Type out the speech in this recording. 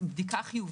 בדיקה חיובית.